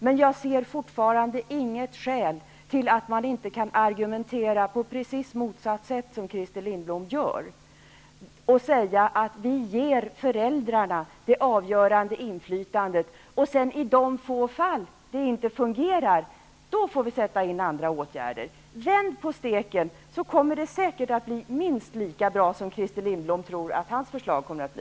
Men jag ser fortfarande inget skäl till att man inte kan argumentera på helt motsatt sätt mot Christer Lindblom och säga: Vi ger föräldrarna det avgörande inflytandet. I de få fall där det inte fungerar får vi sätta in andra åtgärder. Vänd på steken, så kommer det säkert att bli minst lika bra som Christer Lindblom tror att hans förslag kommer att bli.